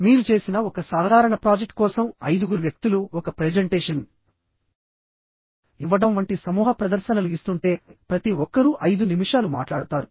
మీరు చేసిన ఒక సాధారణ ప్రాజెక్ట్ కోసం ఐదుగురు వ్యక్తులు ఒక ప్రెజెంటేషన్ ఇవ్వడం వంటి సమూహ ప్రదర్శనలు ఇస్తుంటే ప్రతి ఒక్కరూ ఐదు నిమిషాలు మాట్లాడతారు